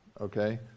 Okay